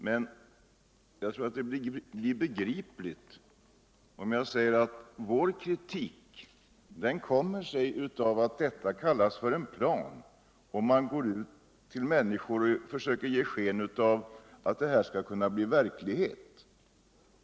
Å andra sidan är kanske även vår kritik förståelig mot bakgrund av att detta kallas för en plan och att regeringen går ut med den till människorna och försöker ge sken av att den skall kunna bli verklighet.